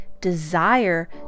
desire